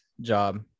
job